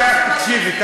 ראש הממשלה שלך.